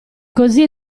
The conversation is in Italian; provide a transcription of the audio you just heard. così